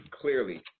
clearly